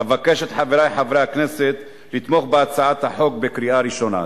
אבקש מחברי חברי הכנסת לתמוך בהצעת החוק בקריאה ראשונה.